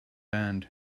band